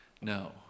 No